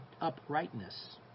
uprightness